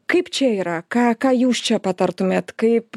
kaip čia yra ką ką jūs čia patartumėt kaip